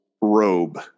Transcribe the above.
robe